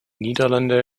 niederlande